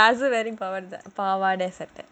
ya I also wearing pavada satta satta